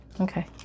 Okay